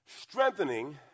Strengthening